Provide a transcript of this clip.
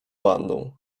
bandą